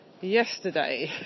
yesterday